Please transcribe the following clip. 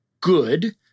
good